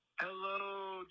Hello